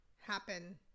happen